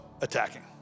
attacking